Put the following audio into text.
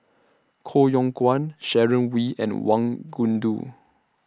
Koh Yong Guan Sharon Wee and Wang